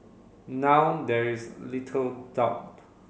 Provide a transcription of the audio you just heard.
now there is little doubt